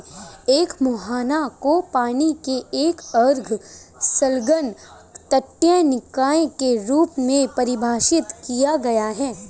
एक मुहाना को पानी के एक अर्ध संलग्न तटीय निकाय के रूप में परिभाषित किया गया है